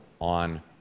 on